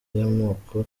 y’amoko